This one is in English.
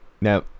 Now